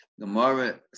Gemara